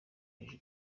hejuru